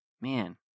Man